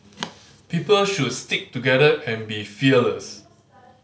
people should stick together and be fearless